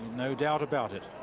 no doubt about it.